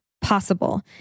possible